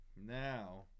now